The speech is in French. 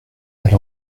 elle